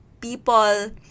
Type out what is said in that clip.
people